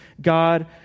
God